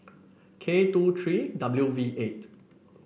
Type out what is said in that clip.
K two three W V eight